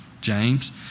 James